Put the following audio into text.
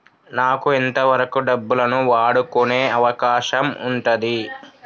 నాకు ఎంత వరకు డబ్బులను వాడుకునే అవకాశం ఉంటది?